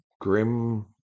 Grim